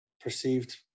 perceived